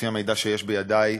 לפי המידע שיש בידי,